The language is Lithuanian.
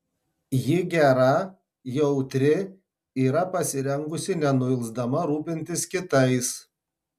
ji gera jautri yra pasirengusi nenuilsdama rūpintis kitais